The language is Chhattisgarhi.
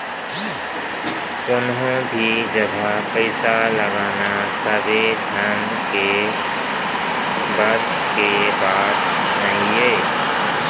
कोनो भी जघा पइसा लगाना सबे झन के बस के बात नइये